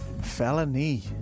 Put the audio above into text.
felony